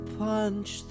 punch